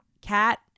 cat